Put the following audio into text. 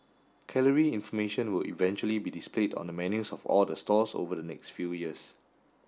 calorie information will eventually be displayed on the menus of all the stalls over the next few years